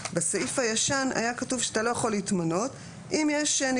בסעיף הישן היה כתוב שאתה לא יכול להתמנות אם יש ניגוד